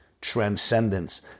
transcendence